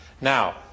Now